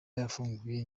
yafunguye